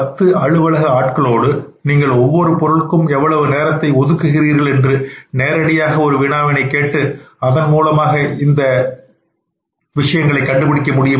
எனவே அந்தப் பத்து அலுவலக ஆட்களோடு நீங்கள் ஒவ்வொரு பொருட்களுக்கும் எவ்வளவு நேரத்தை ஒதுக்கி கிறீர்கள் என்று நேரடியாக ஒரு வினாவினை கேட்டு அதன் மூலமாக இந்த நகைகளை கண்டுபிடிக்க முடியுமா